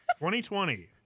2020